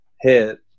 hit